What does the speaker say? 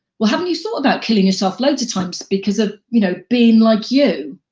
well haven't you thought about killing yourself loads of times because of you know, being like you?